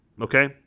Okay